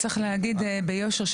צריך להגיד ביושר,